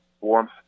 warmth